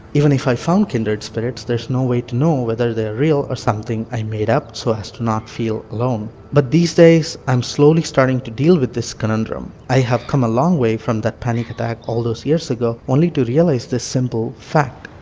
even if i found kindered spirits, there's no way to know whether they're real or something i made up so to not feel alone. but these days i am slowly starting to deal with this conundrum. i have come a long way from that panic attack all those years ago only to realize this simple face